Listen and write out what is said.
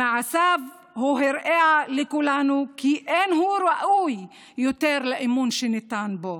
במעשיו הוא הראה לכולנו כי אין הוא ראוי יותר לאמון שניתן בו,